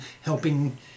helping